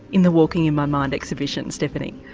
in the walking in my mind exhibition, stephanie?